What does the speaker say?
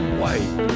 white